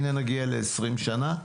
הנה נגיע ל-20 שנה.